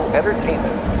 entertainment